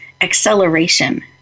acceleration